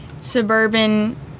suburban